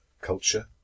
culture